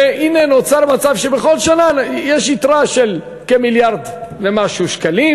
והנה נוצר מצב שבכל שנה יש יתרה של כמיליארד ומשהו שקלים.